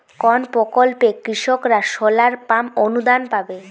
কোন প্রকল্পে কৃষকরা সোলার পাম্প অনুদান পাবে?